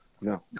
No